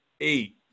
eight